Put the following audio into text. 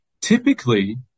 typically